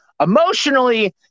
emotionally